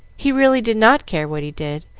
he really did not care what he did,